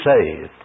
saved